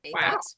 Wow